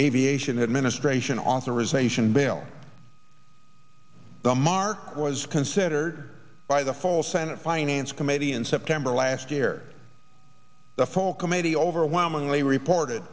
aviation administration authorization bill the mark was considered by the full senate finance committee in september last year the full committee overwhelmingly reported